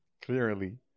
clearly